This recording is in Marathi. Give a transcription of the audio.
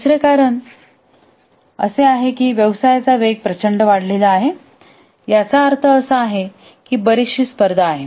दुसरे कारण असे आहे की व्यवसायाचा वेग प्रचंड वाढला आहे याचा अर्थ असा आहे की बरीचशी स्पर्धा आहे